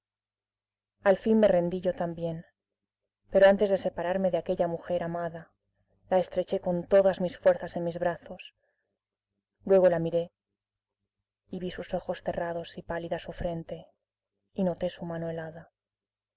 al fin me rendí yo también pero antes de separarme de aquella mujer amada la estreché con todas mis fuerzas en mis brazos luego la miré y vi sus ojos cerrados y pálida su frente y noté su mano helada